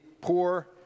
poor